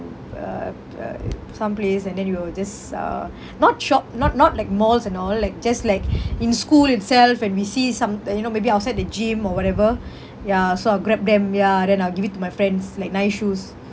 uh uh some place and then we will just uh not shop not not like malls and all like just like in school itself when we see some you know maybe outside the gym or whatever ya so I'll grab them ya then I'll give it to my friends like nice shoes